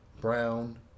Brown